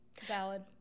Valid